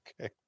Okay